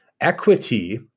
Equity